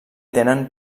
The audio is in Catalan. tenen